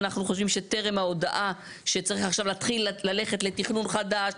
אנחנו חושבים שטרם ההודעה שצריך עכשיו להתחיל ללכת לתכנון חדשה,